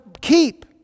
keep